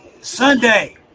Sunday